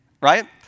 right